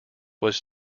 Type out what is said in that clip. was